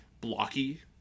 blocky